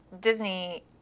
Disney